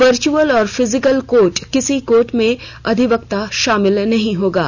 virtual और physical किसी court में अधिवक्ता शामिल नहीं होंगे